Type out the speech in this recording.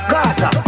Gaza